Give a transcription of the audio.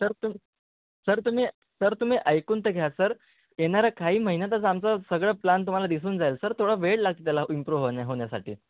sir तुम sir तुम्ही sir तुम्ही ऐकून तर घ्या सर येणाऱ्या काही महिन्यातच आमचं सगळं प्लन तुम्हाला दिसून जाईल सर थोडा वेळ लागते त्याला इम्प्रूव होन्या होण्यासाठी